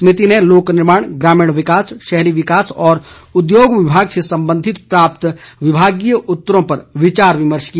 समिति ने लोक निर्माण ग्रामीण विकास शहरी विकास और उद्योग विभाग से संबंधित प्राप्त विभागीय उत्तरों पर विचार विमर्श किया